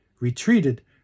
retreated